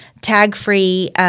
tag-free